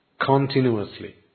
continuously